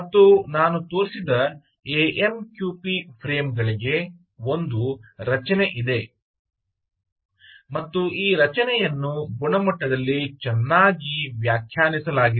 ಮತ್ತು ನಾನು ತೋರಿಸಿದ A M Q P frame ಗಳಿಗೆ ಒಂದು ರಚನೆ ಇದೆ ಮತ್ತು ಈ ರಚನೆಯನ್ನು ಗುಣಮಟ್ಟದಲ್ಲಿ ಚೆನ್ನಾಗಿ ವ್ಯಾಖ್ಯಾನಿಸಲಾಗಿದೆ